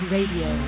Radio